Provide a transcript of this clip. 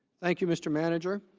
thank you mr. manager